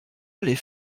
allait